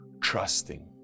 trusting